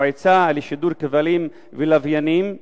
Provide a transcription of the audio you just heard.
במועצה לשידור כבלים ולווייניים,